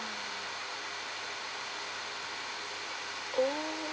oh